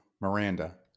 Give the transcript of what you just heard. Miranda